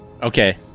Okay